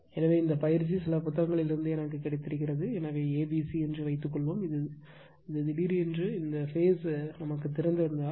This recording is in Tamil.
எனவே இந்தப் பயிற்சி சில புத்தகங்களிலிருந்து எனக்கு கிடைத்தது எனவே a b c என்று வைத்துக்கொள்வோம் இது திடீரென்று இந்த பேஸ் திறந்திருந்தால்